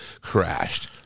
crashed